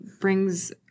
brings –